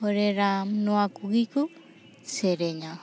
ᱦᱚᱨᱮ ᱨᱟᱢ ᱱᱚᱣᱟ ᱠᱚᱜᱮ ᱠᱚ ᱥᱮᱨᱮᱧᱟ